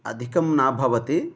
अधिकं न भवति